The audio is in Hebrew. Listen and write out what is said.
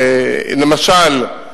למשל,